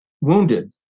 wounded